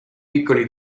piccoli